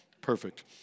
Perfect